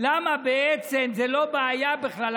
למה בעצם זו לא בעיה בכלל.